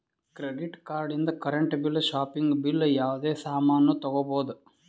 credit card ಇಂದ್ current bill shopping bill ಯಾವುದೇ ಸಾಮಾನ್ನೂ ತಗೋಬೋದು